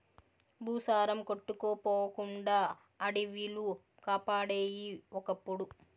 భూసారం కొట్టుకుపోకుండా అడివిలు కాపాడేయి ఒకప్పుడు